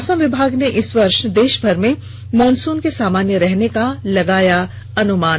मौसम विभाग ने इस वर्ष देषभर में मॉनसून के सामान्य रहने का लगाया अनुमान